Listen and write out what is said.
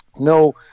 no